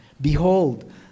Behold